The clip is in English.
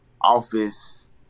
office